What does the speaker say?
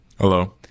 Hello